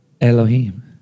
Elohim